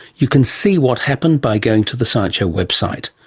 you can see what happened by going to the science show website,